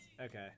okay